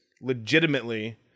Legitimately